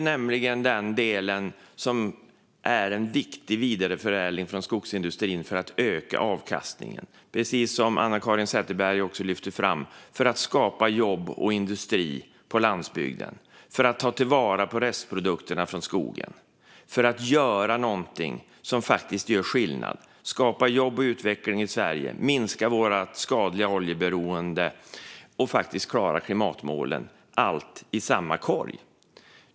HVO 100 är en viktig vidareförädling från skogsindustrin och en viktig del för att öka avkastningen och, precis som Anna-Caren Sätherberg lyfte fram, skapa jobb och industri på landsbygden, ta till vara restprodukterna från skogen och göra någonting som faktiskt gör skillnad - skapa jobb och utveckling i Sverige, minska vårt skadliga oljeberoende och faktiskt klara klimatmålen, allt i samma korg.